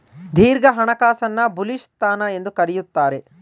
ದೀರ್ಘ ಹಣಕಾಸನ್ನು ಬುಲಿಶ್ ಸ್ಥಾನ ಎಂದು ಕರೆಯುತ್ತಾರೆ